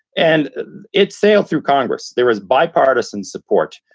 and it sailed through congress. there was bipartisan support.